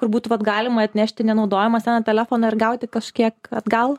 kur būtų vat galima atnešti nenaudojamą seną telefoną ir gauti kažkiek atgal